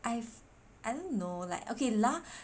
I I don't know like okay lah